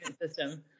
System